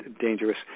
dangerous